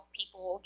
people